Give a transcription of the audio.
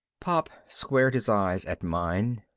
pop squared his eyes at mine.